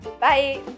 bye